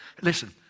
Listen